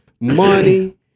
money